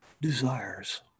desires